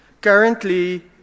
Currently